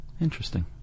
Interesting